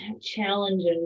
Challenges